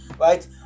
right